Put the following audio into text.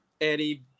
Eddie